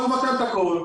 נבטל הכול,